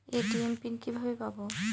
ATM PIN কিভাবে পাবো?